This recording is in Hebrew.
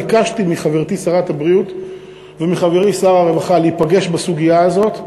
ביקשתי מחברתי שרת הבריאות ומחברי שר הרווחה להיפגש בסוגיה הזאת,